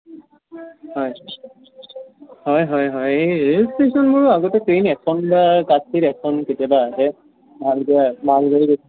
হয় হয় হয় হয় এই ৰে'ল ষ্টেচনবোৰো আগতে ট্ৰেইন এখন বা কাৎচিত এখন কেতিয়াবা আহে মাল মালগাড়ী